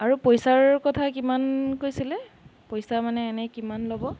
আৰু পইচাৰ কথা কিমান কৈছিলে পইচা মানে এনেই কিমান ল'ব